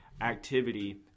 activity